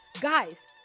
guys